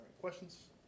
Questions